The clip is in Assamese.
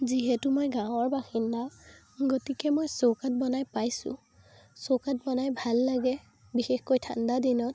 যিহেতু মই গাঁৱৰ বাসিন্দা গতিকে মই চৌকাত বনাই পাইছোঁ চৌকাত বনাই ভাল লাগে বিশেষকৈ ঠাণ্ডা দিনত